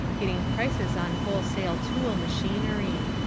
getting prices on wholesale tool machinery.